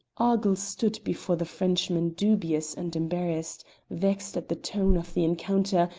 argyll stood before the frenchman dubious and embarrassed vexed at the tone of the encounter,